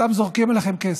סתם זורקים אליכם כסף,